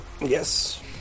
Yes